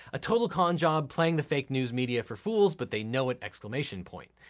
a total con job, playing the fake news media for fools, but they know it! exclamation point.